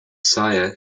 sire